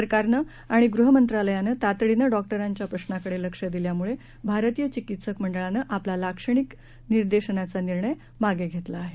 सरकारनं आणि गृहमंत्रालयानं तातडीनं डॉक्टरांच्या प्रश्नांकडे लक्ष दिल्यामुळे भारतीय चिकित्सक मंडळानं आपला लाक्षणिक निदर्शनंचा निर्णय रद्द केला आहे